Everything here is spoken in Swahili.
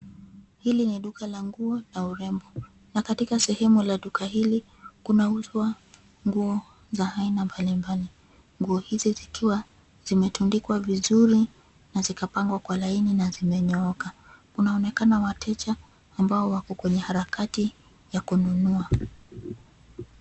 Hili ni duka la nguo na urembo na katika sehemu la duka hili, kunauzwa nguo za aina mbalimbali. Nguo hizi zikiwa zimetundikwa vizuri na zikapangwa kwa laini na zimenyooka, kunaonekana wateja ambao wako kwenye harakati ya kununua.